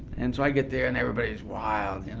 and so i get there, and everybody's wild, and